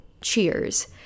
Cheers